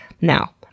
Now